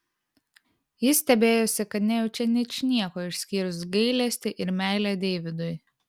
jis stebėjosi kad nejaučia ničnieko išskyrus gailestį ir meilę deividui